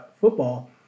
football